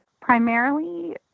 Primarily